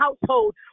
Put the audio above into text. household